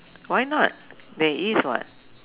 why not there is what